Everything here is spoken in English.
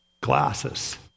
glasses